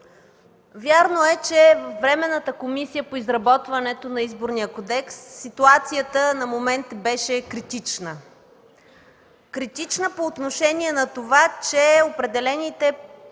Вярно е, че във Временната комисия по изработването на Изборния кодекс ситуацията на моменти беше критична по отношение на това, че определените